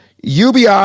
ubi